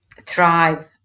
thrive